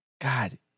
God